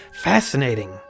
fascinating